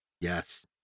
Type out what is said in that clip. Yes